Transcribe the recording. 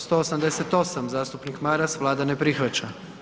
188. zastupnik Maras, Vlada ne prihvaća.